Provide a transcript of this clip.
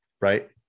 right